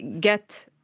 get